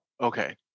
Okay